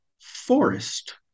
Forest